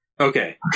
Okay